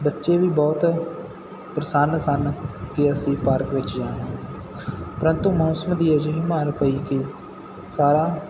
ਬੱਚੇ ਵੀ ਬਹੁਤ ਪ੍ਰਸੰਨ ਸਨ ਕਿ ਅਸੀਂ ਪਾਰਕ ਵਿੱਚ ਜਾਣਾ ਹੈ ਪ੍ਰੰਤੂ ਮੌਸਮ ਦੀ ਅਜਿਹੀ ਮਾਰ ਪਈ ਕਿ ਸਾਰਾ